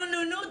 נו נו נו,